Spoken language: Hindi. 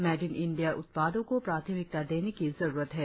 मेड इन इंडिया उत्पादों को प्राथमिकता देने की जरुरत है